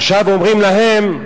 עכשיו אומרים להם,